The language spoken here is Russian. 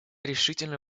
решительно